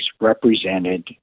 represented